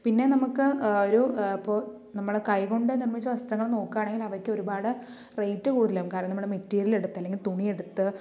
പിന്നെ നമുക്ക് ഒരു അപ്പോൾ നമ്മൾ കൈകൊണ്ട് നിർമ്മിച്ച വസ്ത്രങ്ങൾ നോക്കുവാണെങ്കിൽ അവയ്ക്ക് ഒരുപാട് റേറ്റ് കൂടുതലാകും കാരണം നമ്മൾ മെറ്റീരിയൽ എടുത്ത് അല്ലെങ്കിൽ തുണിയെടുത്ത്